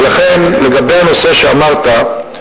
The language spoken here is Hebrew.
ולכן, לגבי הנושא שאמרת,